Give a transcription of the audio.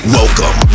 Welcome